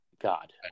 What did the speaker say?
God